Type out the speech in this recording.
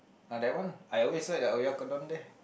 ah that one I always like the oyakodon there